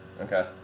Okay